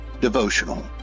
Devotional